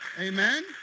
Amen